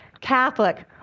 Catholic